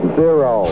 zero